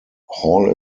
hall